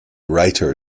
writer